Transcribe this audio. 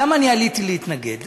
למה עליתי להתנגד?